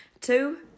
Two